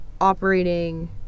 operating